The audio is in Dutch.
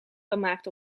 gemaakt